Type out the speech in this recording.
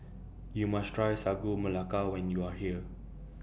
YOU must Try Sagu Melaka when YOU Are here